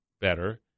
better